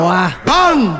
Bang